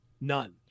None